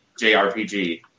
JRPG